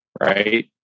Right